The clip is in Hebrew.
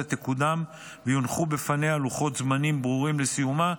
תקודם ויונחו בפניה לוחות זמנים ברורים לסיומה.